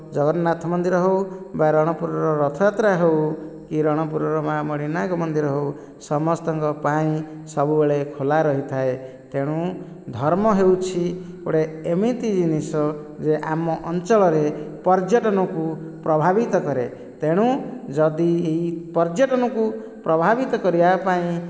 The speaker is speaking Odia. ଜଗନ୍ନାଥ ମନ୍ଦିର ହେଉ ବା ରଣପୁରର ରଥଯାତ୍ରା ହେଉ କି ରଣପୁରର ମା ମଣିନାଗ ମନ୍ଦିର ହଉ ସମସ୍ତଙ୍କ ପାଇଁ ସବୁବେଳେ ଖୋଲା ରହିଥାଏ ତେଣୁ ଧର୍ମ ହେଉଛି ଗୋଟିଏ ଏମିତି ଜିନିଷ ଯେ ଆମ ଅଞ୍ଚଳରେ ପର୍ଯ୍ୟଟନକୁ ପ୍ରଭାବିତ କରେ ତେଣୁ ଯଦି ଏହି ପର୍ଯ୍ୟଟନକୁ ପ୍ରଭାବିତ କରିବାପାଇଁ